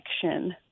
connection